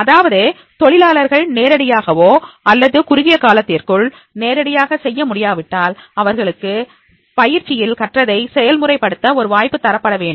அதாவது தொழிலாளர்கள் நேரடியாகவோ அல்லது குறுகிய காலத்திற்குள் நேரடியாக செய்ய முடியாவிட்டால் அவர்களுக்கு பயிற்சியில் கற்றதை செயல்முறை படுத்த ஒரு வாய்ப்பு தரப்பட வேண்டும்